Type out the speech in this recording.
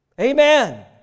Amen